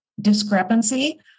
discrepancy